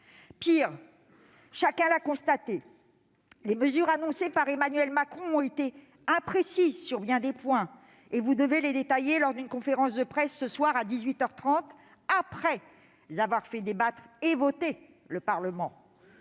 Pire, chacun l'a constaté, les mesures annoncées par Emmanuel Macron ont été imprécises sur bien des points et vous devez les détailler lors d'une conférence de presse ce soir à dix-huit heures trente, après avoir fait débattre et voter le Parlement.